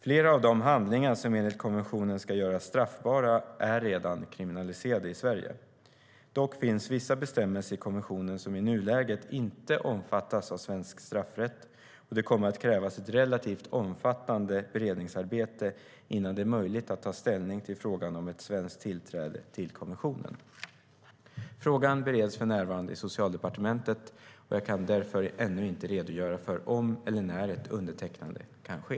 Flera av de handlingar som enligt konventionen ska göras straffbara är redan kriminaliserade i Sverige. Dock finns vissa bestämmelser i konventionen som i nuläget inte omfattas av svensk straffrätt, och det kommer att krävas ett relativt omfattande beredningsarbete innan det är möjligt att ta ställning till frågan om ett svenskt tillträde till konventionen. Frågan bereds för närvarande i Socialdepartementet, och jag kan därför ännu inte redogöra för om eller när ett undertecknande kan ske.